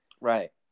Right